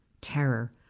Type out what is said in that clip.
terror